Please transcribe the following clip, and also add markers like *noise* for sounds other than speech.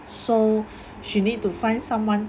so *breath* she need to find someone